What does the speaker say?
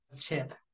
chip